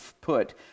put